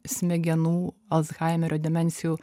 smegenų alzhaimerio dimensijų